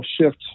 shift